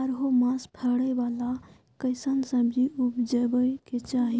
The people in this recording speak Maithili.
बारहो मास फरै बाला कैसन सब्जी उपजैब के चाही?